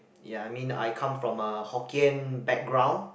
ya I mean I come from a Hokkien background